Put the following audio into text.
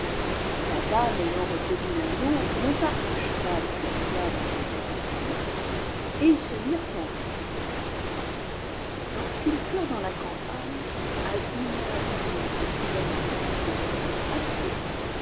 la dame ayant reconnu l'anneau monta un cheval que le diable iui avait amené et ils se mirent en route lorsqu'ils furent dans la campagne à une heure où ils se trouvaient dans une solitude absolue